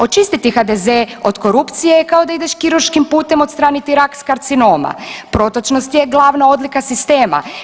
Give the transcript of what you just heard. Očistiti HDZ od korupcije je kao da ideš kirurškim putem odstraniti rak s karcinoma, protočnost je glavna odlika sistema.